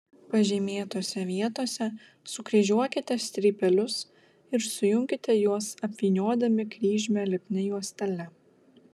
pažymėtose vietose sukryžiuokite strypelius ir sujunkite juos apvyniodami kryžmę lipnia juostele